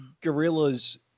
gorillas